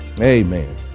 Amen